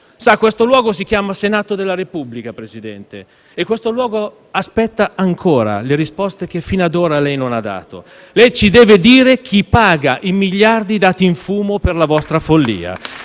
Sa, questo luogo si chiama «Senato della Repubblica», presidente Conte, e questo luogo aspetta ancora le risposte che fino ad ora lei non ha dato. Lei ci deve dire chi paga i miliardi dati in fumo per la vostra follia.